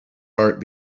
heart